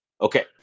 Okay